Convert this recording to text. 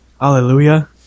Hallelujah